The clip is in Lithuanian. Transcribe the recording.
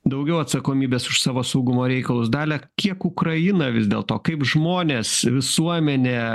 daugiau atsakomybės už savo saugumo reikalus dalia kiek ukraina vis dėlto kaip žmonės visuomenė